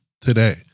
today